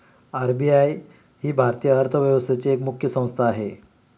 RBI ही भारतीय अर्थव्यवस्थेची एक मुख्य संस्था आहे